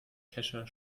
kescher